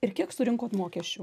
ir kiek surinkot mokesčių